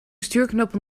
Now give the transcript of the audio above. stuurknuppel